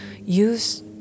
use